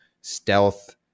stealth